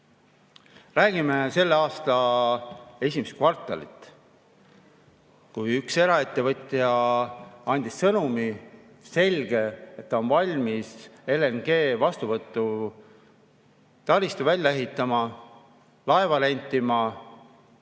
Räägime selle aasta esimesest kvartalist, kui üks eraettevõtja andis selge sõnumi, et ta on valmis LNG vastuvõtutaristu välja ehitama, laeva rentima